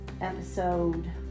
episode